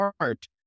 heart